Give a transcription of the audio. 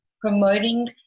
promoting